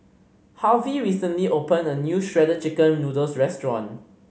Harvy recently opened a new Shredded Chicken Noodles restaurant